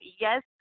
Yes